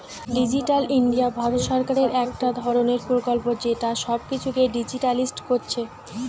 digital India Bharat সরকারের একটা ধরণের প্রকল্প যেটা সব কিছুকে ডিজিটালিসড কোরছে